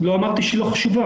לא אמרתי שהיא לא חשובה,